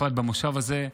בפרט במושב הזה,